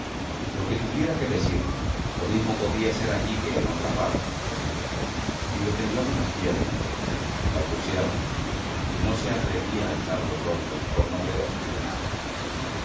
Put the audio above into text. lo que tuviera que decirle lo mismo podía ser allí que en otra parte y la temblaban las piernas balbuceaba y no se atrevía a alzar los ojos por no ver a su cuñado